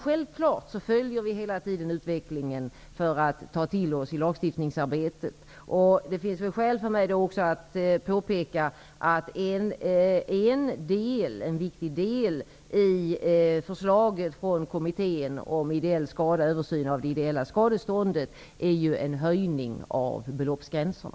Självklart följer vi hela tiden utvecklingen för att ta till oss allt nytt i lagstiftningsarbetet. Det finns skäl för mig att påpeka att en viktig del i förslaget från den kommitté som skall göra en översyn av det ideella skadeståndet ju är en höjning av beloppsgränserna.